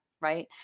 right